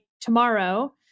tomorrow